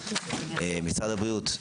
משרד הבריאות,